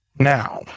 now